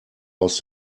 aus